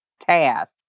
task